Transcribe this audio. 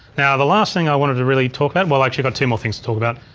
now the last thing i wanted to really talk about, well actually i got two more things to talk about.